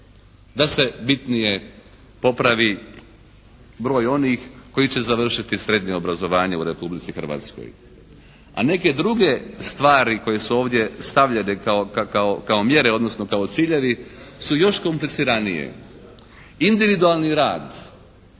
da se bitnije popravi broj onih koji će završiti srednje obrazovanje u Republici Hrvatskoj. A neke druge stvari koje su ovdje stavljene kao mjere, odnosno kao ciljevi su još kompliciranije. Individualni rad